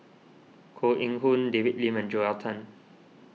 Koh Eng Hoon David Lim and Joel Tan